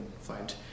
find